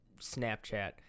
Snapchat